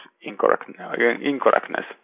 incorrectness